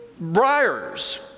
Briars